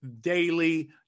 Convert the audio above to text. daily